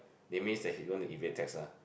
it means that he going to evade tax lah